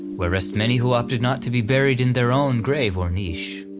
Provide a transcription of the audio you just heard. where rest many who opted not to be buried in their own grave or niche.